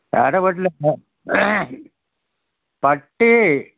ആരുടെ വീട്ടിലെ പട്ടീ